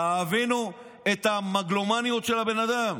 תבינו את המגלומניה של הבן אדם.